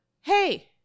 hey